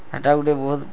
ହେଟା ଗୁଟେ ବହୁତ